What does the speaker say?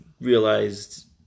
realized